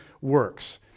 works